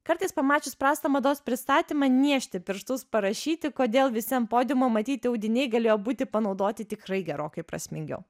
kartais pamačius prastą mados pristatymą niežti pirštus parašyti kodėl visi ant podiumo matyti audiniai galėjo būti panaudoti tikrai gerokai prasmingiau